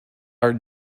are